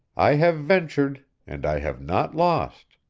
i have ventured and i have not lost!